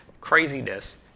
craziness